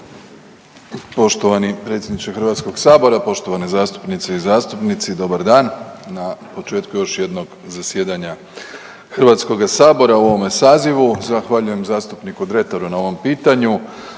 Poštovani predsjedniče HS, poštovane zastupnice i zastupnici dobar dan na početku još jednog zasjedanja HS u ovome sazivu. Zahvaljujem zastupniku Dretaru na ovom pitanju.